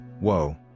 whoa